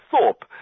Thorpe